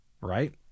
Right